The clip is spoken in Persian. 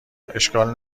اشکال